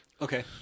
Okay